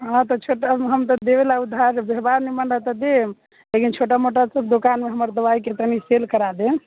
हँ तऽ छोटा हम तऽ देबे लऽ उधार व्यवहार निमन रहत तऽ देम लेकिन छोटा मोटा दुकानमे हमर दवाइके तनि सेल करा देम